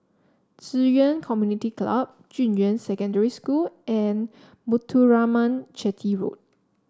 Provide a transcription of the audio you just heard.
Ci Yuan Community Club Junyuan Secondary School and Muthuraman Chetty Road